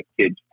kids